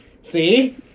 See